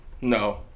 no